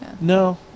No